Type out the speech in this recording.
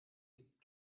liegt